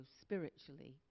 spiritually